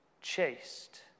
Chased